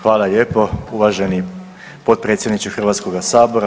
Hvala lijepo uvaženi potpredsjedniče Hrvatskog sabora.